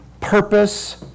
purpose